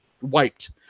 wiped